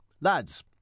lads